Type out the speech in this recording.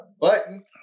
button